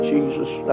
Jesus